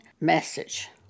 message